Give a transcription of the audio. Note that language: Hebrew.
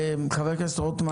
(היו"ר מיכאל מרדכי ביטון) חבר הכנסת רוטמן,